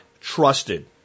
trusted